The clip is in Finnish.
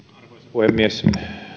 puhemies